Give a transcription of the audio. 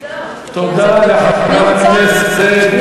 תודה לחבר הכנסת אראל מרגלית.